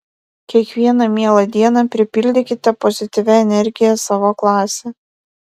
kiekvieną mielą dieną pripildykite pozityvia energija savo klasę